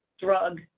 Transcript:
drug